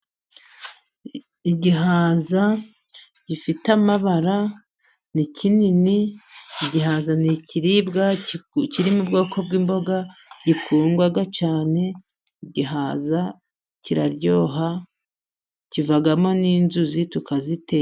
Igihaza gifite amabara ni kinini, igihaza ni ikiribwa kiri mu bwoko bw'imboga gikundwa cyane, igihaza kiraryoha, kivamo n'inzuzi tukaziteka.